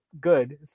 good